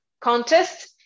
contest